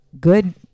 good